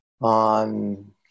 on